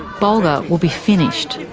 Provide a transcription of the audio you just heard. bulga will be finished.